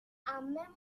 member